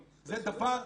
נכון.